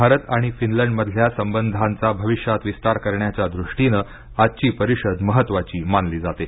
भारत आणि फिनलंडमधल्या संबंधांचा भविष्यात विस्तार करण्याच्या दृष्टीनं आजची परिषद महत्त्वाची मानली जाते